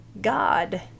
God